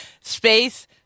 space